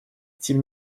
тем